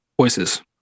Voices